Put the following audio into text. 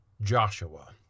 Joshua